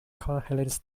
coherence